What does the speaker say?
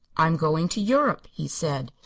i'm going to europe, he said.